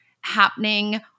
happening